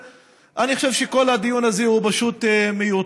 אני חושב שכל הדיון הזה פשוט מיותר.